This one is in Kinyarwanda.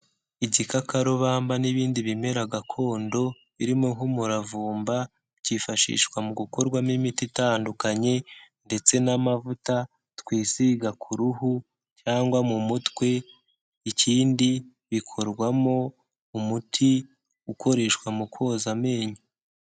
Igikakarubamba n'ibindi bimera gakondo birimo nk'umuravumba, byifashishwa mu gukorwamo imiti itandukanye ndetse n'amavuta twisiga ku ruhu cyangwa mu mutwe, ikindi bikorwamo umuti ukoreshwa mu koza amenyo.